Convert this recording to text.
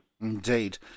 Indeed